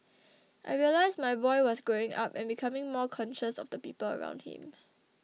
I realised my boy was growing up and becoming more conscious of the people around him